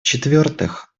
четвертых